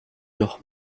noch